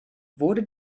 wurde